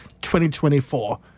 2024